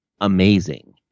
amazing